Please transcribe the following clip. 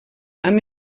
amb